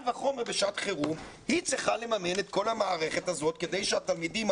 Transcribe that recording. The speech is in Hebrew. וחומר בשעת חירום את כל המערכת הזאת כדי שהתלמידים,